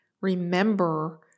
remember